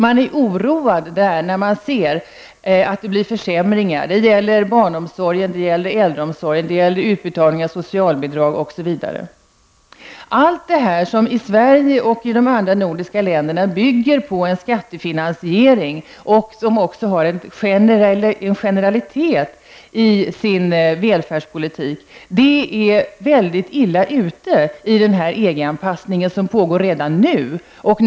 Där är man oroad när man ser att det blir försämringar när det gäller barnomsorgen, äldreomsorgen, utbetalningar av socialbidrag osv. Allt detta som i Sverige och i de andra nordiska länderna bygger på skattefinansiering, som är en generell välfärdspolitik, är mycket illa ute i den EG anpassning som redan nu pågår.